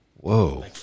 Whoa